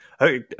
Okay